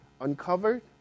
uncovered